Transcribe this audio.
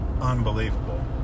Unbelievable